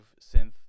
synth